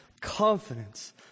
confidence